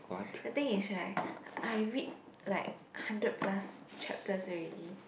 the thing is right I read like hundred plus chapters already